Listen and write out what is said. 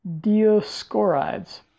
Dioscorides